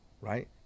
right